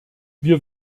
wir